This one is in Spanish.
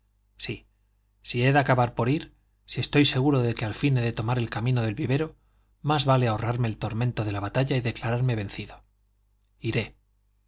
si he de acabar por ir si estoy seguro de que al fin he de tomar el camino del vivero más vale ahorrarme el tormento de la batalla y declararme vencido iré